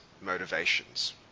motivations